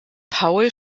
paul